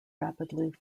rapidly